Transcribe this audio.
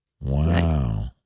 Wow